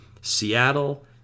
Seattle